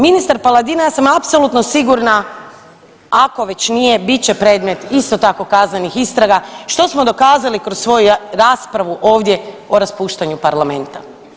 Ministar Paladina ja sam apsolutno sigurna ako već nije bit će predmet isto tako kaznenih istraga što smo dokazali kroz raspravu ovdje o raspuštanju parlamenta.